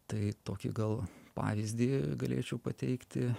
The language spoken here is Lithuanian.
tai tokį gal pavyzdį galėčiau pateikti